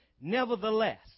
Nevertheless